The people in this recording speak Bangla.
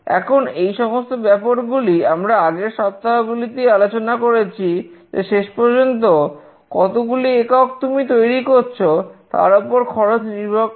এখন এই সমস্ত ব্যাপারগুলি আমরা আগের সপ্তাহ গুলিতেই আলোচনা করেছি যে শেষ পর্যন্ত কতগুলি একক তুমি তৈরি করছ তার ওপর খরচ নির্ভর করছে